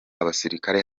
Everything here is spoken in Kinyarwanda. abasirikare